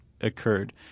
occurred